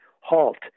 Halt